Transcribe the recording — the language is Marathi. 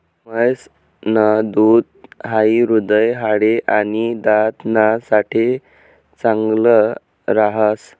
म्हैस न दूध हाई हृदय, हाडे, आणि दात ना साठे चांगल राहस